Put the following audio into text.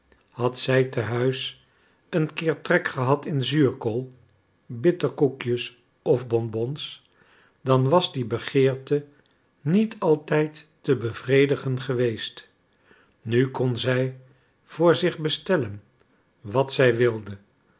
had zij te huis een keer trek gehad in zuurkool bitterkoekjes of bonbons dan was die begeerte niet altijd te bevredigen geweest nu kon zij voor zich bestellen wat zij wilde